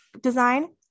design